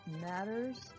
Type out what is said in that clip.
matters